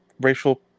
racial